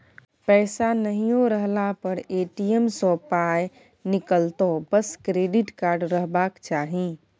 पैसा नहियो रहला पर ए.टी.एम सँ पाय निकलतौ बस क्रेडिट कार्ड रहबाक चाही